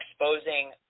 exposing